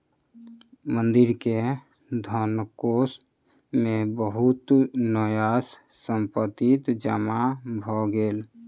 मंदिर के धनकोष मे बहुत न्यास संपत्ति जमा भ गेल